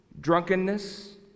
drunkenness